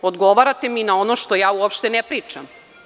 Odgovarate mi na ono što ja uopšte ne pričam.